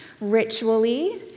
ritually